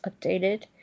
updated